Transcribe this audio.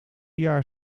jaar